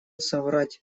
соврать